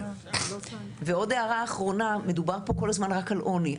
ועוד הערה אחרונה, מדובר פה כל הזמן רק על עוני.